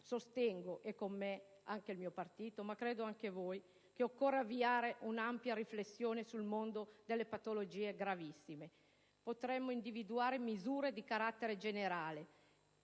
Sostengo, e con me tutto il mio partito, ma credo anche voi, che occorra avviare un'ampia riflessione sul mondo delle patologie gravissime. Potremmo individuare misure di carattere generale,